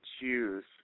choose